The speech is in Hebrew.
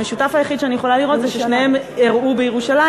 המשותף היחיד שאני יכולה לראות הוא ששניהם אירעו בירושלים.